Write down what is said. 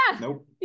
Nope